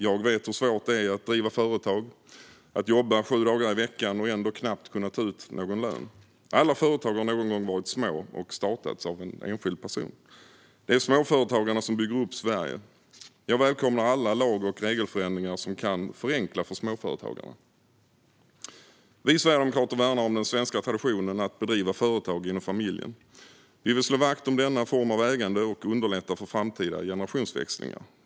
Jag vet hur svårt det är att driva företag och jobba sju dagar i veckan och ändå knappt kunna ta ut någon lön. Alla företag har någon gång varit små och startats av en enskild person. Det är småföretagarna som bygger upp Sverige. Jag välkomnar alla lag och regelförändringar som kan förenkla för småföretagarna. Vi sverigedemokrater värnar om den svenska traditionen att bedriva företag inom familjen. Vi vill slå vakt om denna form av ägande och underlätta för framtida generationsväxlingar.